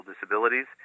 disabilities